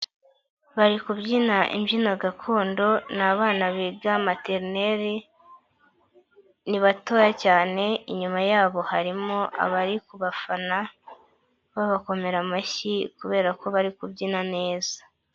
Bari kubyina imbyino gakondo, ni abana biga materineri, ni batoya cyane, inyuma yabo harimo abari ku bafana, babakomera amashyi kubera ko bari kubyina neza.